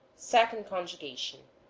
second conjugation